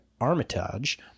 Armitage